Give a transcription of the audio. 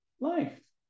life